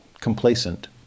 complacent